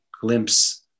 glimpse